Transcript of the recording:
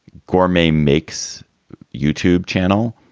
gourmet makes youtube channel.